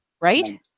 right